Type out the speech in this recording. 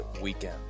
weekend